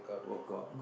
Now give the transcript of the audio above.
work out